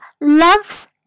loves